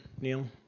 Neil